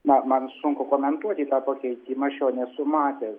na man sunku komentuoti tą pakeitimą aš jo nesu matęs